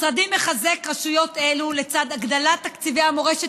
משרדי מחזק רשויות אלו לצד הגדלת תקציבי המורשת